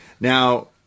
Now